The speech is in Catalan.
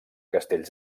castells